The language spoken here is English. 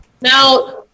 now